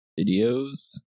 videos